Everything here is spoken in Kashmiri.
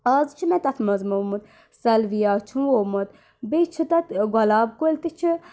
آز چھِ مےٚ تَتھ منٛز مومُت سلویا چھُ وومُت بیٚیہِ چھِ تَتھ گۄلاب کُلۍ تہِ چھِ